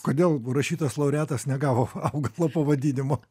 kodėl buvo rašytas laureatas negavo augalo pavadinimo